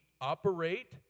operate